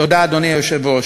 תודה, אדוני היושב-ראש.